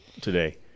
today